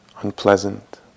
unpleasant